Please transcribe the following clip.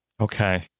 Okay